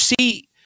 see